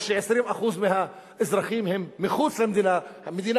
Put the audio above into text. או ש-20% מהאזרחים הם מחוץ למדינה, מהמדינה